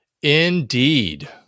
Indeed